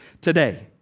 today